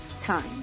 Time